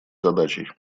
задачей